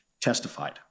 testified